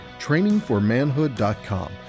trainingformanhood.com